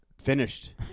Finished